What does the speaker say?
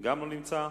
לא נמצא.